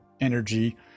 energy-